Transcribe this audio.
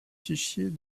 fichiers